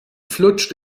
flutscht